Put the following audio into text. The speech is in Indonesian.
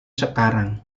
sekarang